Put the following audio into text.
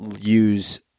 use